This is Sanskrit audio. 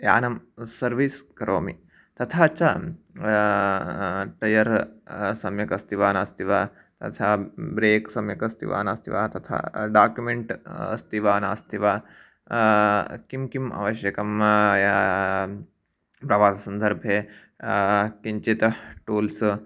यानं सर्वीस् करोमि तथा च टयर् सम्यक् अस्ति वा नास्ति वा तथा ब्रेक् सम्यक् अस्ति वा नास्ति वा तथा डाक्युमेण्ट् अस्ति वा नास्ति वा किं किम् आवश्यकं प्रवाससन्दर्भे किञ्चित् टूल्स्